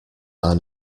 are